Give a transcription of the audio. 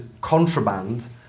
contraband